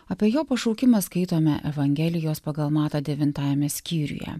apie jo pašaukimą skaitome evangelijos pagal matą devintajame skyriuje